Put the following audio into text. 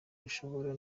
ushobora